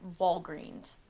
Walgreens